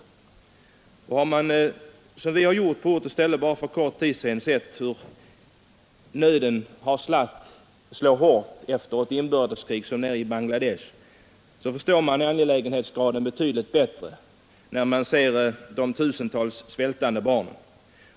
Har man — som vi har gjort på ort och ställe bara för kort tid sedan — sett hur nöden slår hårt, hur tusentals barn svälter efter ett inbördeskrig, som nere i Bangladesh, förstår man angelägenhetsgraden betydligt bättre.